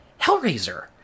Hellraiser